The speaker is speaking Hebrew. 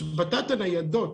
השבתת הניידות